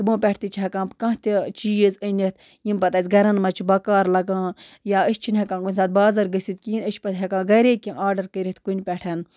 تِمو پٮ۪ٹھ تہِ چھِ ہٮ۪کان کانٛہہ تہِ چیٖز أنِتھ یِم پَتہٕ اَسہِ گَرَن مَنٛز چھُ بَکار لَگان یا أسۍ چھِنہٕ ہٮ۪کان کُنہِ ساتہٕ بازر گٔژھِتھ کِہیٖنۍ أسۍ چھِ پَتہٕ ہٮ۪کان گَرے کیٚنٛہہ آرڈر کٔرِتھ کُنہِ پٮ۪ٹھ